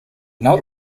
not